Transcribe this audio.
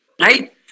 Right